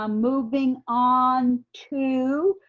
um moving on to,